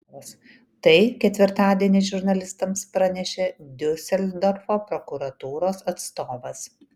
tai ketvirtadienį žurnalistams pranešė diuseldorfo prokuratūros atstovas